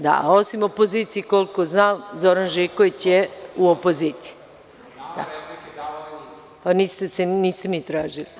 Da, osim opozicije, koliko znam, Zoran Živković je u opoziciji. (Saša Radulović, s mesta: Replika.) Niste ni tražili.